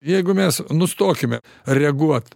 jeigu mes nustokime reaguot